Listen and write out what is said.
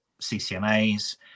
CCMAs